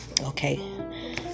Okay